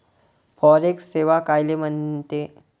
Forex सेवा कायले म्हनते?